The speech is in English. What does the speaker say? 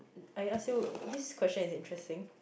I ask you this question is interesting